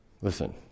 Listen